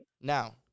Now